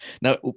Now